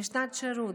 בשנת השירות,